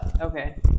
Okay